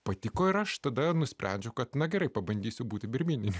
patiko ir aš tada nusprendžiau kad na gerai pabandysiu būti pirminė